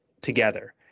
together